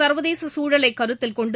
சர்வதேச சூழலை கருத்தில் கொண்டு